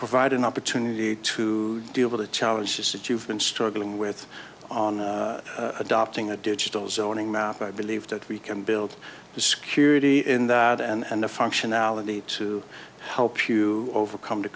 provide an opportunity to deal with the challenges that you've been struggling with on adopting a digital zoning map i believe that we can build the security in that and the functionality to help you overcome t